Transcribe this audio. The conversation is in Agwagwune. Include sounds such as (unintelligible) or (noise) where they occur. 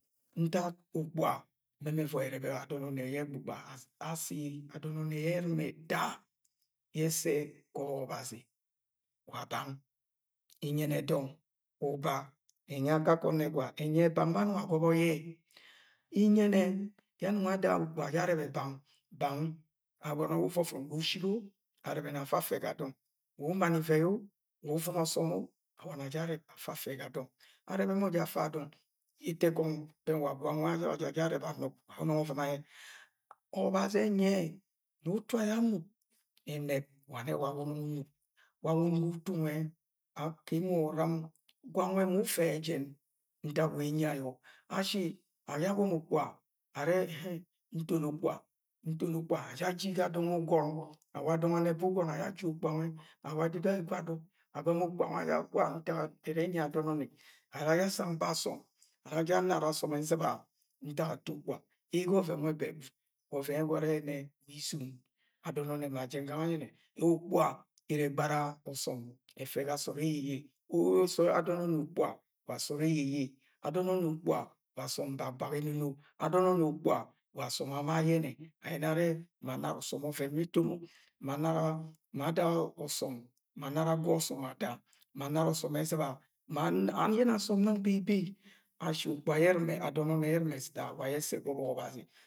Ntak ukpuga mẹmẹ ẹvọi ẹrẹbẹ yẹ adọn ọnnẹ yẹ egbọgba. Ashi adọn ọnnẹ yẹ ẹr̵ima ẹta yẹ ẹsẹ ga ọbọk Ọbazi wa banga iyẹnẹ dọng uba. Ẹnyi ẹ bang bẹ anong agọbọ yẹ. Iyẹnẹ yẹ anọng ada ukpuga aja arẹbẹ bang. Bang wẹ uvọvọ vọn agọnọ wa uship o! Arẹbẹni afa afẹ ga dọng, wa umani ivei o? Wa uv̵ina ọsọm o? Awani aja arẹb afa afẹ ga dọng. Arẹbẹ mọ afa ga dọng. Arẹbẹ mọ afẹ ga dọng, ẹtẹkọngọ be̱ng gwang awa jẹ aja arẹbẹ anug unọng uv̵ina yẹ. Ọbazi enyi ne̱ utu ayọ anug ẹnẹb wa nẹ ma wawọ unọng unẹb wawọ unugo utu nwẹ ma akam ur̵im. Fwang nwẹ mu ufẹ yẹ jẹn ga ntak wa enyi ayọ. Ashi aja agọmọ ukpuga, are (hesitation) Ntoni Ukpuga, ntoni Ukpuga aja aji ga dọng ugọn. Dọng ugọn. Awa do̱ng ane̱ba ugọn aja aji Ukpuga nwẹ. Awa edudu ẹgwa aduk ma ukpuga aja agwa, ga ntak ẹrẹ enyi e̱ ado̱n ọnnẹ. Ara aja adang basọm, ara aja anara asọm e̱z̵iba ntak ato ukpuga. Ege ọvẹn nwẹ bẹ ẹwọrọ ẹrẹ wa izun. Adọn ọnnẹ ma jẹng gangẹ nyẹnẹ Ukpuga ẹrẹ egbara ọsọm ẹfẹ ga sọọd eyeye. So adọn ọnne wa sọọd eyeye. Adọn ọnnẹ wa asọm bakbak enono. Adon ọnnẹ ukpuga wa asọm ama ayẹnẹ. Ma ayẹnẹ ẹrẹ ma anara ọsọm ọvẹn yẹ eto mọ ma anara, ma ada, ma anara gwọsọm ada. Ma anara ọsọm ẹz̵ibọ. And ma ayẹnẹ nang beibei, (unintelligible) Adọn ọnnẹ yẹ ẹr̵ima ẹta wa yẹ ẹsẹ ga ọbọk Ọbazi.